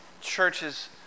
churches